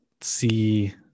see